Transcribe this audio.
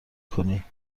کنی